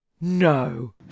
No